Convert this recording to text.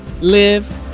live